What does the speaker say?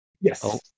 Yes